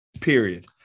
period